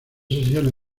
sesiones